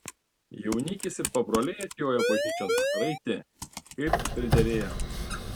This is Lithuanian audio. jaunikis ir pabroliai atjojo bažnyčion raiti kaip priderėjo